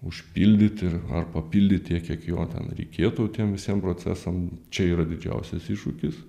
užpildyt ir ar papildyt tiek kiek jo ten reikėtų tiem visiem procesam čia yra didžiausias iššūkis